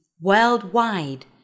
worldwide